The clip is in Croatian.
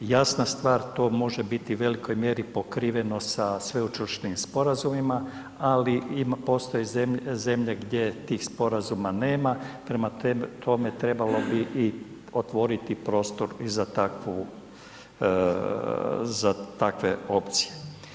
Jasna stvar, to može biti u velikoj mjeri pokriveno sa sveučilišnim sporazumima, ali i postoje zemlje gdje tih sporazuma nema, prema tome trebalo bi otvoriti prostor i za takvu, za takve opcije.